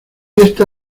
esta